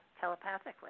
telepathically